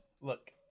Look